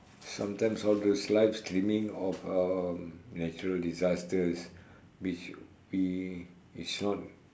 sometimes all those live streaming of um natural disasters which we is not